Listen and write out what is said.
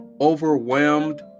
Overwhelmed